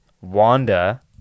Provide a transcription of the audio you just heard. Wanda